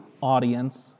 audience